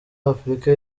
afrika